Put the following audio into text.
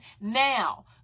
Now